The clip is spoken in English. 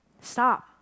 Stop